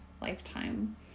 lifetime